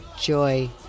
joy